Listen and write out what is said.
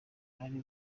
ari